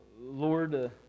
Lord